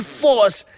force